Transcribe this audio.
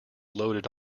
loaded